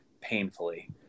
painfully